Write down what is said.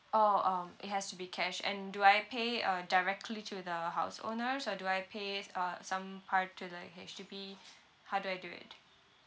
orh um it has to be cash and do I pay uh directly to the house owners or do I pays uh some part to the H_D_B how do I do it